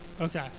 Okay